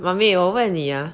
mummy 我问你 ah